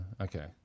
okay